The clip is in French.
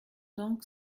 donc